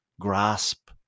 grasp